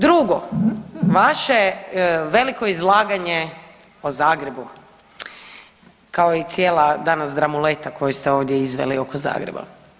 Drugo, vaše veliko izlaganje o Zagrebu kao i cijela danas dramuleta koju ste ovdje izveli oko Zagreba.